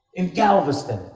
in galveston,